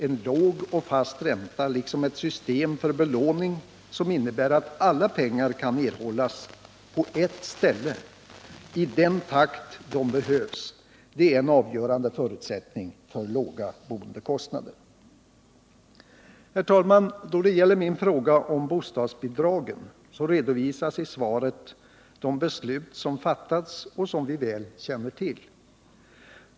En låg och fast ränta liksom ett system för belåning som innebär att alla pengar kan erhållas på er ställe i den takt de behövs är en avgörande förutsättning för låga boendekostnader. Herr talman! Då det gäller min fråga om bostadsbidragen redovisas i svaret de beslut som fattats och som vi väl känner till.